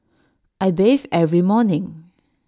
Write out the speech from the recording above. I bathe every morning